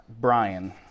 brian